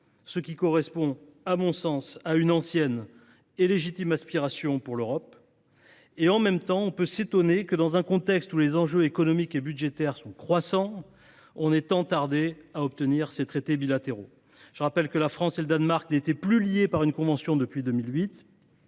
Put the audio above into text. ce qui correspond, à mon sens, à une ancienne et légitime aspiration pour l’Europe. On peut néanmoins s’étonner que, dans un contexte où les enjeux économiques et budgétaires vont croissant, l’on ait tant tardé à conclure ces traités bilatéraux. Je rappelle que la France et le Danemark n’étaient plus liés par une convention depuis 2008